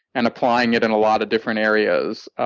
and applying it in a lot of different areas.